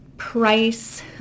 price